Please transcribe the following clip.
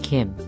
Kim